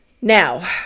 Now